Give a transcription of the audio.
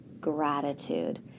gratitude